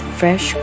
fresh